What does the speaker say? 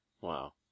Wow